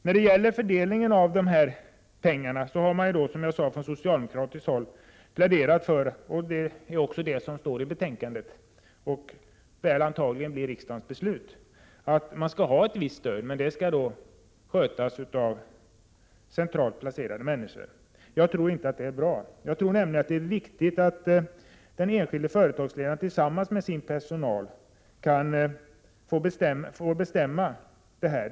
När det gäller fördelningen av pengarna har man, som jag sade, från socialdemokratiskt håll pläderat för att det skall vara ett visst stöd. Det är också det som står i betänkandet, och det lär antagligen bli riksdagens beslut. Stödet skall skötas av centralt placerade människor. Jag tror inte att det är bra. Jag tror nämligen att det är viktigt att den enskilde företagsledaren tillsammans med sin personal får bestämma detta.